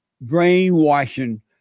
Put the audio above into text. brainwashing